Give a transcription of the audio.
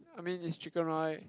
I mean it's chicken right